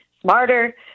smarter